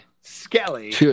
Skelly